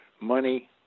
money